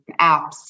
apps